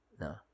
No